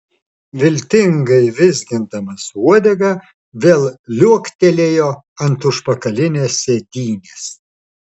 viltingai vizgindamas uodegą vėl liuoktelėjo ant užpakalinės sėdynės